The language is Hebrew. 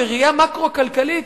בראייה מקרו-כלכלית,